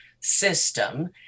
system